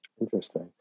Interesting